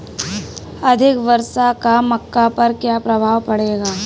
अधिक वर्षा का मक्का पर क्या प्रभाव पड़ेगा?